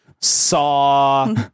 saw